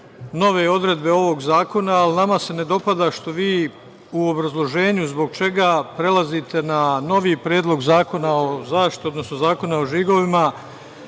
nove odredbe ovog zakona, ali nama se ne dopada što vi u obrazloženju zbog čega prelazite na novi Predlog zakona o žigovima,